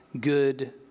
good